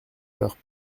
leurs